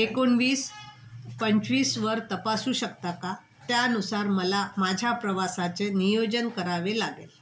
एकोणवीस पंचवीसवर तपासू शकता का त्यानुसार मला माझ्या प्रवासाचे नियोजन करावे लागेल